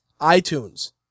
iTunes